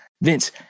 Vince